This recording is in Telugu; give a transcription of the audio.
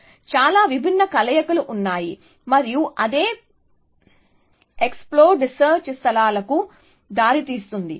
కాబట్టి చాలా విభిన్న కలయికలు ఉన్నాయి మరియు అదే పేలుడు సెర్చ్ స్థలాలకు దారితీస్తుంది